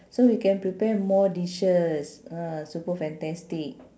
so we can prepare more dishes ah super fantastic